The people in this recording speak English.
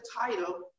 title